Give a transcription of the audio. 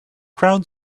crowd